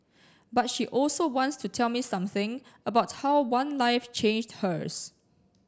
but she also wants to tell me something about how one life changed hers